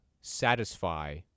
satisfy